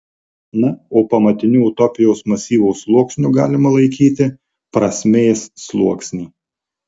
na o pamatiniu utopijos masyvo sluoksniu galima laikyti prasmės sluoksnį